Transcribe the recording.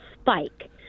spike